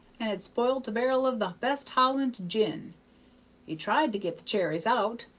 and had sp'ilt a bar'l of the best holland gin he tried to get the cherries out,